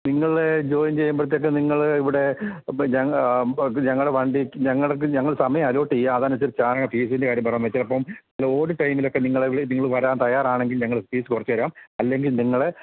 നിങ്ങള് ജോയിൻ ചെയ്യുമ്പോഴത്തേക്ക് നിങ്ങള് ഇവിടെ ഞങ്ങളെ വണ്ടി ഞങ്ങള്ക്ക് ഞങ്ങള് സമയം അലോട്ടെയ്യാം അതനുസരിച്ച് ആണ് ഫീസിൻ്റെ കാര്യം പറയുന്നത് ചിലപ്പോള് ഓഡ് ടൈമിലൊക്കെ നിങ്ങള നിങ്ങള്ള് വരാൻ തയാറാണെങ്കിൽ ഞങ്ങൾ ഫീസ് കുറച്ചുതരാം അല്ലെങ്കിൽ നിങ്ങള്